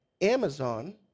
Amazon